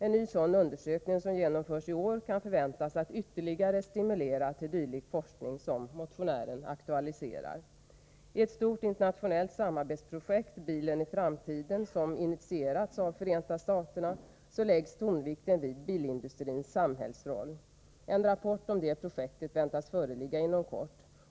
En ny sådan undersökning, som genomförs i år, kan förväntas komma att ytterligare stimulera till dylik forskning som motionären aktualiserar. I ett stort internationellt samarbetsprojekt, Bilen i framtiden, som initierats i Förenta staterna, läggs tonvikten vid bilindustrins samhällsroll. En rapport om det projektet väntas föreligga inom kort.